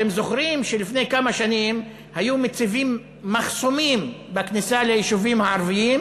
אתם זוכרים שלפני כמה שנים היו מציבים מחסומים בכניסה ליישובים הערביים,